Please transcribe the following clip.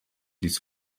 ließ